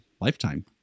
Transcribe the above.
lifetime